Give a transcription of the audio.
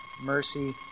mercy